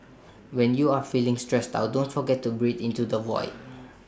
when you are feeling stressed out don't forget to breathe into the void